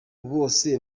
bose